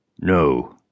No